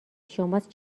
شماست